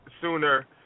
sooner